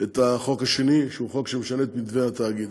את החוק השני, שהוא חוק שמשנה את מתווה התאגיד.